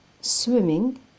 swimming